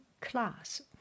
class